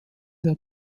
der